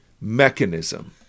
mechanism